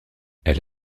elle